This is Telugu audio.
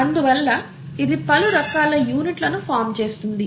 అందువల్ల ఇది పలు రకాల యూనిట్లను ఫార్మ్ చేస్తుంది